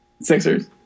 Sixers